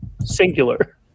Singular